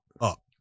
up